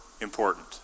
important